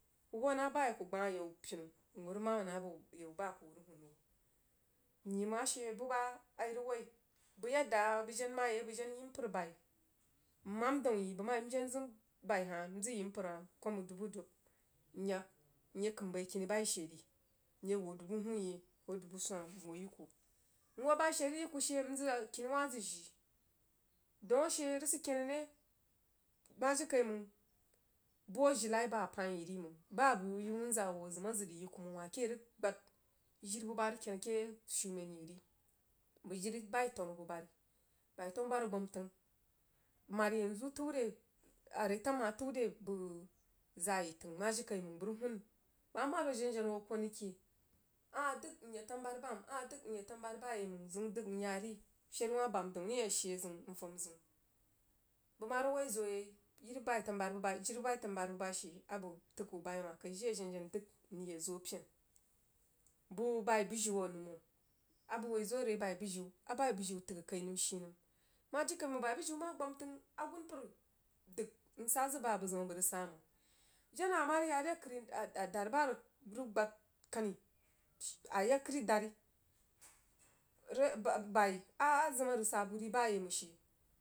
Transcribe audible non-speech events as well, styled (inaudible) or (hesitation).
Kuh ho nah bai akuh gbah a yau pinu hoo mam nah abo yau buhab a kuh hoo rig huun yi myi mang a she bubah a yí rəj woi bəg yad a bəg jen mah yi bəg jen yəg mpər bai nmam daun yi bəg mah ya njen zəg bai hah mzəg yi mpər hah koh mang dubu dub nyak nyeh kyəm bai kini bai she ri myag ho dubu huunyeh koh dubu swana mhoo yikuh m hoo bai she rig yi kuh she nzəg kini zəg jìi daun a she rig sid kenah re mah jiri kamang buh ajirilai bah apəin yi ri mang bah a bəi wuh yi wuuzaa wuh a zəm a zid rig yi kuh mang wake rig gbad jiri bubah rig ken keh shumen wuh ri bəg jiri bai tanu bubari bəi tanububari gbam təng mari yanzu təu re are retamhah təu re bəg zaa yi təng mah jirikaimang bəg rig huun re bəg mah maad hoh jenjenah m hoo kwan rig ken ahah dəg myag tanu bubari bam ahah dəg nyag tenu bubari bayaimang zəun dəg nyaa ri fəri wah bam daun ri ashe zəun nfam zəun bəg mah rig woi zoh yai jin bai tamububari abəg təg hoh bai wah kai jire a jenjenah rig dəg mrig ya zoh apen buh bai bujuu a naumum abəg hoi zoh re bai bujiu a bai bujiu təg akai nəm shinəm mah jirikai mang bəi bujiu mah gbam təing agunpər dəg msa b zəg bah abəg zəm a bəg rig sah mang jena hah awa rig yah re kəri adad bah arig gbad kani ayag kəri dari (hesitation) re a bai azəm a rig sah buh ri bayai mang she.